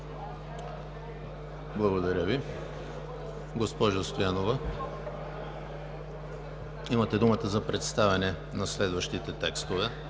Благодаря Ви. Госпожо Стоянова, имате думата за представяне на следващите текстове.